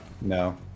no